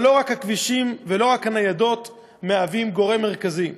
אבל לא רק הכבישים ולא רק הניידות הם גורם מרכזי.